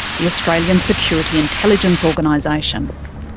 the australian security intelligence organisation.